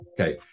Okay